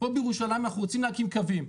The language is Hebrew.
בירושלים אנחנו רוצים להקים קווים,